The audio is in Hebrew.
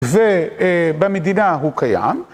ובמדינה הוא קיים.